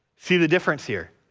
see the difference here.